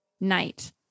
night